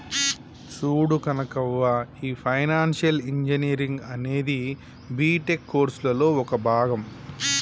చూడు కనకవ్వ, ఈ financial engineering అనేది బీటెక్ కోర్సులలో ఒక భాగం